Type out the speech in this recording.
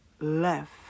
left